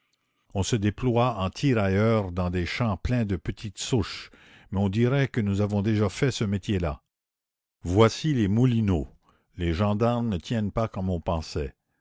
on se déploie en tirailleurs dans des champs pleins de petites souches mais on dirait que nous avons déjà fait ce métier-là voici les moulineaux les gendarmes ne tiennent pas comme on pensait